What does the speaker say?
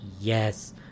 yes